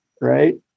right